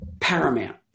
paramount